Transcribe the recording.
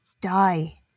die